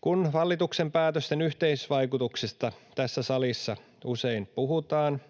Kun hallituksen päätösten yhteisvaikutuksesta tässä salissa usein puhutaan,